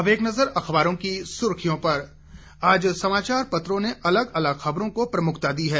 अब एक नजर अखबारों की सुर्खियों पर आज समाचार पत्रों ने अलग अलग खबरों को प्रमुखता दी है